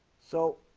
so